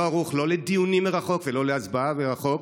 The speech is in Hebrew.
ערוך לא לדיונים מרחוק ולא להצבעה מרחוק.